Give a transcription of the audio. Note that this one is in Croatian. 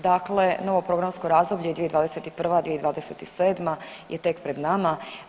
Dakle, novo programsko razdoblje 2021.-2027. je tek pred nama.